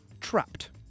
Trapped